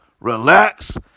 relax